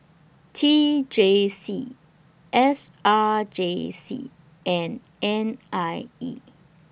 T J C S R J C and N I E